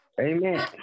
Amen